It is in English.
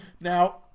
Now